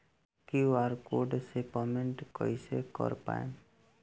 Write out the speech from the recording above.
QR code से payment कईसे कर पाएम?